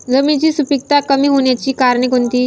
जमिनीची सुपिकता कमी होण्याची कारणे कोणती?